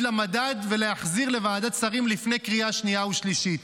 למדד ולהחזיר לוועדת שרים לפני קריאה שנייה ושלישית.